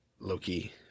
low-key